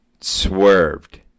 swerved